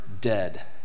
dead